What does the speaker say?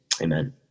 Amen